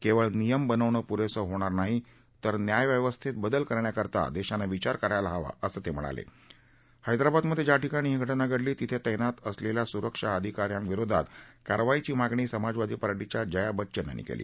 क्वळ नियम बनवणं पुरस्तनाही तर न्याय व्यवस्थत्तबदल करण्याबाबत दक्षीनं विचार करायला हवा असं तस्हिणाला हैदराबादमधज्या ठिकाणी घटना घडली तिथतिंनात असलांखा सुरक्षा अधिकारी विरोधात कारवाईची मागणी समाजवादी पार्टीच्या जया बच्चन यांनी कली